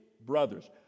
brothers